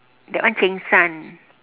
that one cheng-san